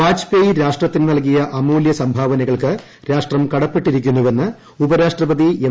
വാജ്പേയ് രാഷ്ട്രത്തിന് നൽകിയ അമൂല്യ സംഭാവനകൾക്ക് രാഷ്ട്രം കടപ്പെട്ടിരിക്കുന്നുവെന്ന് ഉപരാഷ്ട്രപതി എം